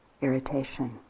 irritation